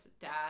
dad